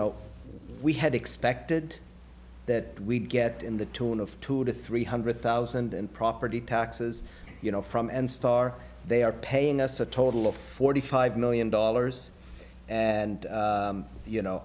know we had expected that we'd get in the total of two to three hundred thousand and property taxes you know from and star they are paying us a total of forty five million dollars and you know